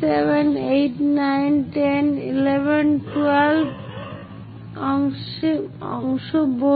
7 8 9 10 11 এবং 12 অংশ বলে